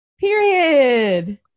Period